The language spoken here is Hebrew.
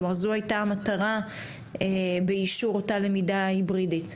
זו הייתה המטרה באישור אותה למידה היברידית.